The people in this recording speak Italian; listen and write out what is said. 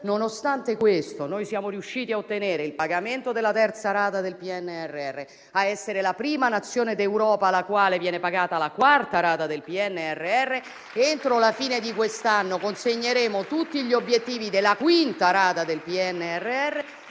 Nonostante questo noi siamo riusciti a ottenere il pagamento della terza rata del PNRR, a essere la prima Nazione d'Europa alla quale viene pagata la quarta rata del PNRR. Ed entro la fine di quest'anno consegneremo tutti gli obiettivi della quinta rata del PNRR